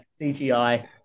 CGI